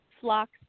flocks